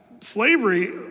Slavery